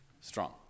strong